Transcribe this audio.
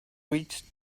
reached